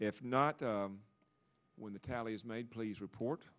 if not when the tally is made please report